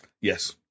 Yes